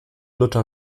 luther